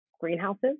greenhouses